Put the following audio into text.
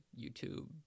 youtube